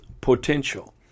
potential